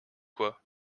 quoi